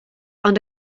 ond